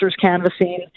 canvassing